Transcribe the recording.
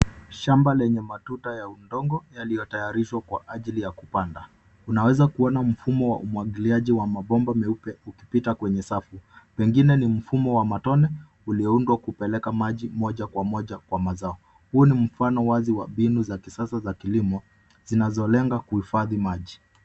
Shamba lenye matuta ya udongo yaliyotayarishwa kwa ajili ya kupanda. Unaweza kuona mfumo wa umwagiliaje wa mabomba meupe ukipita kwenye safu pengine ni mfumo wa matone uliyoundwa kupeleka maji moja kwa moja kwa mazao. Huo ni mfano wazi wa mbinu za kisasa za kilimo zinazolenga kuhifadhi maji.